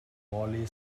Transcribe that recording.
molly